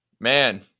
Man